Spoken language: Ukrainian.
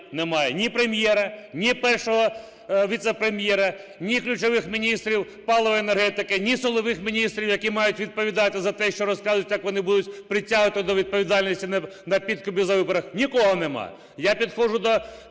ні Прем’єра, ні Першого віце-прем’єра, ні ключових міністрів палива і енергетики, ні силових міністрів, які мають відповідати за те, що розказують, як вони будуть притягувати до відповідальності за підкупи на виборах. Нікого немає.